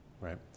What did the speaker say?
right